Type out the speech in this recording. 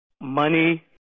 money